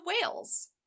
whales